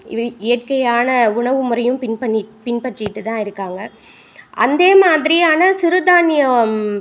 இவி இயற்கையான உணவுமுறையும் பின்பன்னி பின்பற்றிகிட்டு தான் இருக்காங்க அந்த மாதிரியான சிறுதானியம்